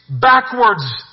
backwards